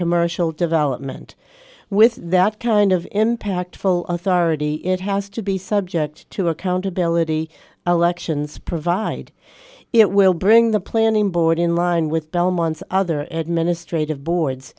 commercial development with that kind of impactful authority it has to be subject to accountability elections provide it will bring the planning board in line with belmont's other administrate of boards